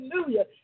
Hallelujah